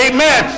Amen